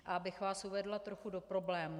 A abych vás uvedla trochu do problému.